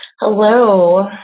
Hello